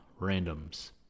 randoms